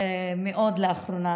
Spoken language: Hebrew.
מאוד לאחרונה.